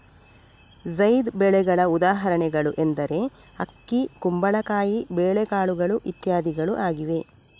ಝೈದ್ ಬೆಳೆಗಳ ಉದಾಹರಣೆಗಳು ಎಂದರೆ ಅಕ್ಕಿ, ಕುಂಬಳಕಾಯಿ, ಬೇಳೆಕಾಳುಗಳು ಇತ್ಯಾದಿಗಳು ಆಗಿವೆ